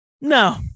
no